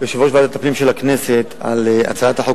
היו"ר יצחק וקנין: ישיב על הצעת החוק